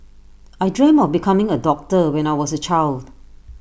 I dreamt of becoming A doctor when I was A child